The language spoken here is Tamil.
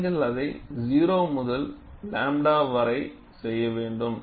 நீங்கள் அதை 0 முதல் 𝝺 வரை செய்ய வேண்டும்